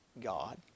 God